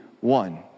one